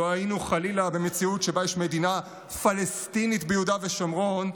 לו היינו חלילה במציאות שבה יש מדינה פלסטינית ביהודה ושומרון,